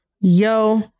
Yo